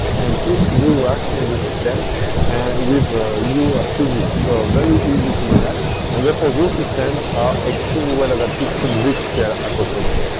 and put new rafts in the system and with new seedlings. so it's very easy to manage and therefore, those systems are extremely well adapted to big scale aquaponics.